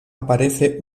aparece